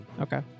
Okay